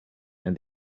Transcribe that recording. and